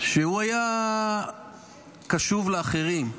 שהוא היה קשוב לאחרים,